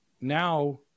now